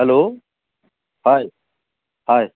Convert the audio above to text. hello হয় হয়